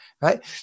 right